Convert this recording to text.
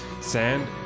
sand